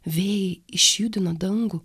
vėjai išjudino dangų